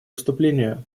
выступление